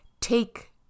take